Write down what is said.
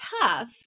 tough